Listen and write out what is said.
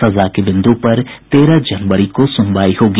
सजा के बिंदु पर तेरह जनवरी को सुनवाई होगी